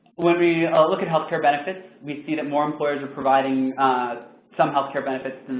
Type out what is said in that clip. when we look at healthcare benefits, we see that more employers are providing some healthcare benefits